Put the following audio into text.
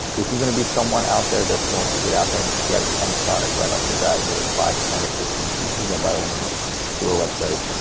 if you're gonna be someone out there that's going to get out there and get some product, right off the bat, whether it's five, ten, or fifteen pieces, then by all means do a website.